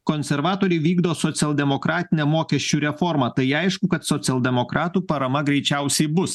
konservatoriai vykdo socialdemokratinę mokesčių reformą tai aišku kad socialdemokratų parama greičiausiai bus